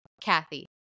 Kathy